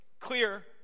clear